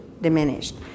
diminished